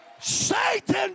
Satan